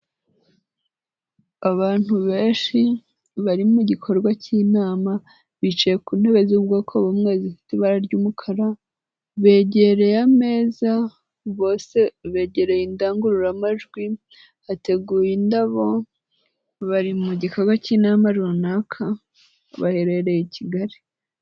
Abantu benshi bari mu gikorwa cy'inama bicaye ku ntebe z'ubwoko bumwe zifite ibara ry'umukara, begereye ameza, bose begereye indangururamajwi, hateguye indabo bari mu gikorwa cy'inama runaka, baherereye i Kigali.